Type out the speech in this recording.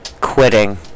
quitting